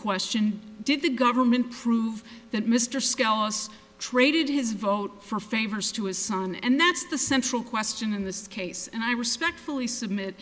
question did the government prove that mr skelos traded his vote for favors to his son and that's the central question in this case and i respectfully submit